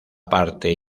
parte